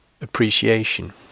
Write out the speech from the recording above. appreciation